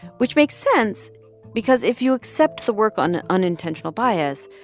which makes sense because if you accept the work on unintentional bias,